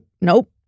nope